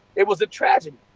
it was a tragedy.